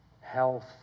health